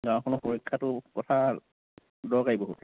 গাঁওখনৰ সুৰক্ষাটো কথা দৰকাৰী বহুত